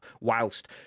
whilst